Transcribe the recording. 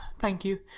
thank you.